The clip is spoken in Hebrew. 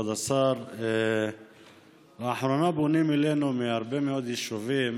כבוד השר, לאחרונה פונים אלינו מהרבה מאוד יישובים